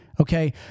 Okay